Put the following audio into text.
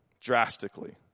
drastically